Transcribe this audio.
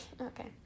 Okay